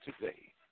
today